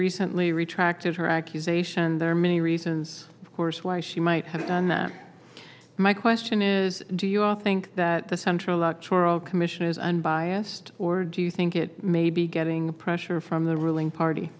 recently retracted her accusation there are many reasons of course why she might have done that my question is do you all think that the central locked world commission is unbiased or do you think it may be getting pressure from the ruling party